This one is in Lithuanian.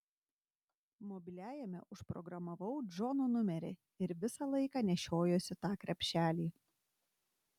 mobiliajame užprogramavau džono numerį ir visą laiką nešiojuosi tą krepšelį